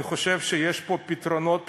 אני חושב שיש פה פתרונות פשוטים.